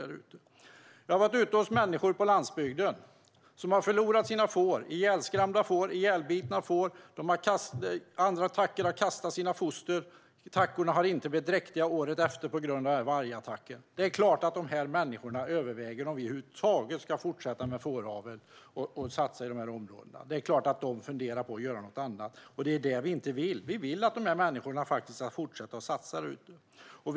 Jag har varit ute hos människor på landsbygden som har förlorat sina får, ihjälskrämda och ihjälbitna får. Andra tackor har kastat sina foster och har inte blivit dräktiga året efter på grund av vargattacken. De här människorna överväger om de över huvud taget ska fortsätta med fåravel i de här områdena. Det är klart att de funderar på att göra något annat, och det är det vi inte vill. Vi vill att de här människorna ska fortsätta att satsa där ute.